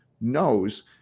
knows